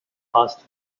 faster